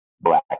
black